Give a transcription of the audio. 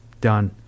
done